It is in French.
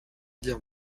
dire